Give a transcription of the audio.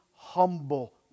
Humble